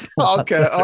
okay